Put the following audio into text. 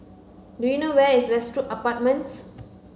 do you know where is Westwood Apartments